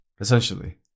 Essentially